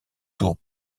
tour